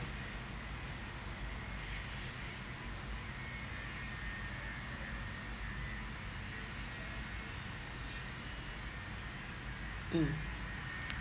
mm